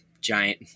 giant